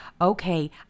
Okay